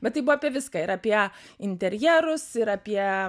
bet tai buvo apie viską ir apie interjerus ir apie